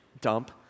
dump